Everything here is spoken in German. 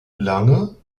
lange